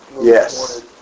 Yes